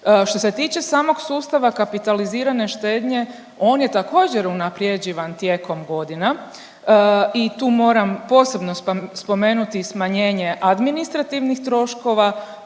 Što se tiče samog sustava kapitalizirane štednje on je također unaprjeđivan tijekom godina i tu moram posebno spomenuti smanjenje administrativnih troškova